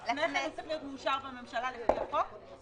לפני זה הוא צריך להיות מאושר בממשלה לפי החוק?